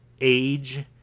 age